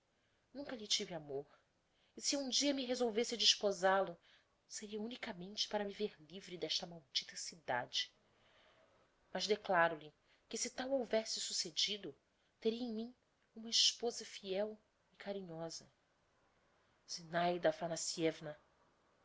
nunca lhe tive amor e se eu um dia me resolvesse a desposál o seria unicamente para me ver livre d'esta maldita cidade mas declaro lhe que se tal houvesse succedido teria em mim uma esposa fiel e